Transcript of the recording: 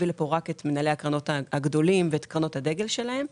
לפה רק את מנהלי הקרנות הגדולים ואת קרנות הדגל שלהם,